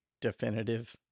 definitive